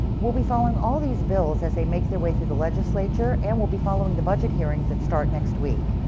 we'll be following all these bill as as they make their way through the legislature and we'll be following the budget hearings that start next week.